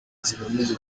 zigamije